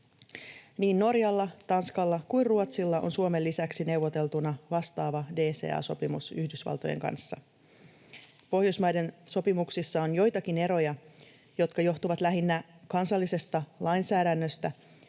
Niin Norjalla, Tanskalla kuin Ruotsilla on Suomen lisäksi neuvoteltuna vastaava DCA-sopimus Yhdysvaltojen kanssa. Pohjoismaiden sopimuksissa on joitakin eroja, jotka johtuvat lähinnä kansallisesta lainsäädännöstä